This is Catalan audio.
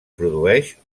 produeix